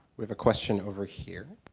we have a question over here.